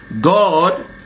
God